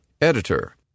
Editor